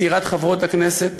צעירת חברות הכנסת: